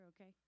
okay